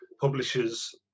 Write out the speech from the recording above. publisher's